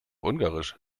ungarisch